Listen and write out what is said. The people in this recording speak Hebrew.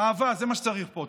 אהבה זה מה שצריך פה.